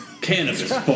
Cannabis